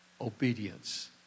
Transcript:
obedience